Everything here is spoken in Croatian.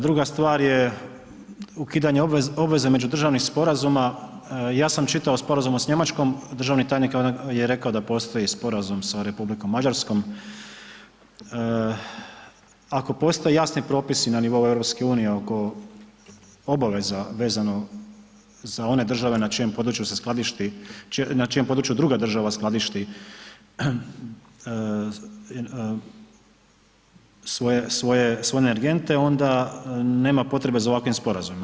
Druga stvar je ukidanje obveze međudržavnih sporazuma, ja sam čitao u sporazumu s Njemačkom, državni tajnik je rekao da postoji sporazum sa Republikom Mađarskom, ako postoje jasni propisi na nivou EU oko obaveza vezano za one države na čijem području se skladišti, na čijem području druga država skladišti svoje energente onda nema potrebe za ovakvim sporazumima.